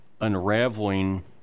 unraveling